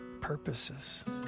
purposes